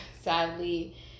sadly